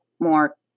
more